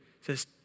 says